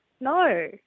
No